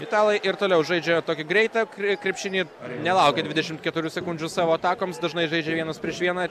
italai ir toliau žaidžia tokį greitą krepšinį nelaukia dvidešimt keturių sekundžių savo atakoms dažnai žaidžia vienas prieš vieną